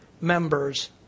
members